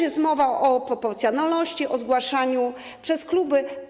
Jest też mowa o proporcjonalności, o zgłaszaniu przez kluby.